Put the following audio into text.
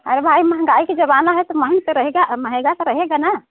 और भाई महंगाई के जमाना है तो माहंग तो रहेगा महंगा तो रहेगा ना